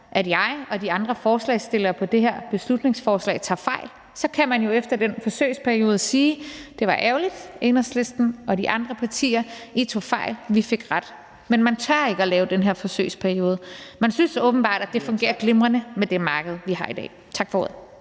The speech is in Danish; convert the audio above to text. at jeg og de andre forslagsstillere på det her beslutningsforslag tager fejl, så kan man jo efter den forsøgsperiode sige: Det var ærgerligt, Enhedslisten og I andre partier; I tog fejl, og vi fik ret. Men man tør ikke lave den her forsøgsperiode. Man synes åbenbart, at det fungerer glimrende med det marked, vi har i dag. Tak for ordet.